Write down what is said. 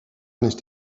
nicht